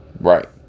Right